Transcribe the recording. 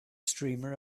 streamer